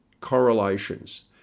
correlations